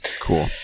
Cool